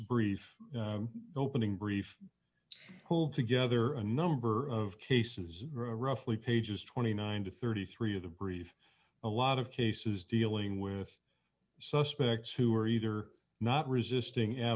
brief opening brief pulled together a number of cases roughly pages twenty nine to thirty three of the brief a lot of cases dealing with suspects who are either not resisting at